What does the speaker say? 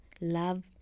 love